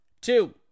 Two